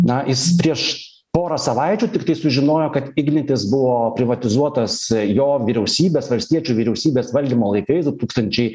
na jis prieš porą savaičių tiktai sužinojo kad ignitis buvo privatizuotas jo vyriausybės valstiečių vyriausybės valdymo laikais du tūkstančiai